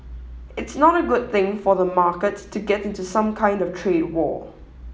it's not a good thing for the market to get into some kind of trade war